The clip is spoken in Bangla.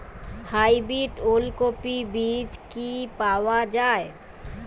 হাইব্রিড ওলকফি বীজ কি পাওয়া য়ায়?